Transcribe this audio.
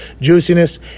juiciness